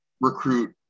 recruit